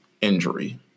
injury